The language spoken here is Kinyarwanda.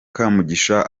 kamugisha